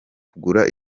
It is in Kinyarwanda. kugura